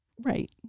Right